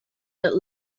that